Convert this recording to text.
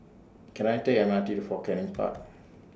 Can I Take The M R T to Fort Canning Park